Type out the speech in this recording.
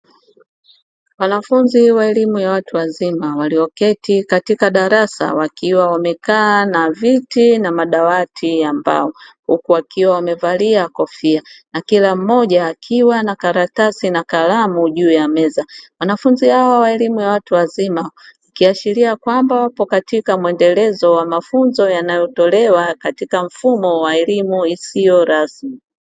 Wanafunzi wa elimu ya watu wazima walioketi katika darasa wakiwa wamekaa na viti na madawati ya mbao. Huku wakiwa wamevalia kofia na kila mmoja akiwa na karatasi na kalamu juu ya meza. Wanafunzi hawa wa elimu ya watu wazima wakiashiria kwamba wapo katika muendelezo wa mafunzo yanayotolewa katika mfumo wa elimu isiyo rasmi.